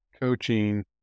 coaching